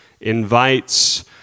invites